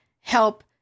help